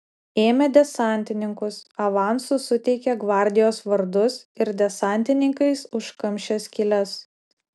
ėmė desantininkus avansu suteikė gvardijos vardus ir desantininkais užkamšė skyles